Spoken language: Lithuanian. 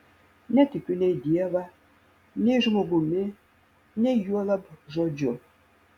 netikiu nei dievą nei žmogumi nei juolab žodžiu